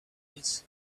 news